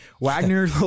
Wagner